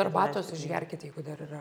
arbatos išgerkit jeigu dar yra